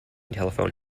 telephone